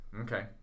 Okay